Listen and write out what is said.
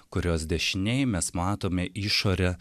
kurios dešinėj mes matome išorę